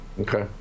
Okay